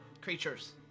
Creatures